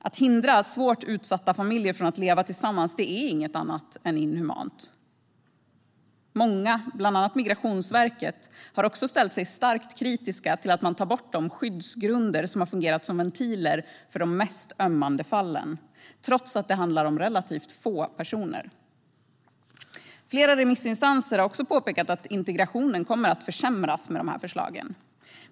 Att hindra svårt utsatta familjer från att leva tillsammans är inget annat än inhumant. Många, bland annat Migrationsverket, har också ställt sig starkt kritiska till att man tar bort de skyddsgrunder som har fungerat som ventiler för de mest ömmande fallen trots att det handlar om relativt få personer. Flera remissinstanser har också påpekat att integrationen kommer att försämras med de här förslagen.